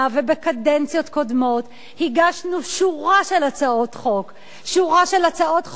ובקדנציות קודמות הגשנו שורה של הצעות חוק חברתיות,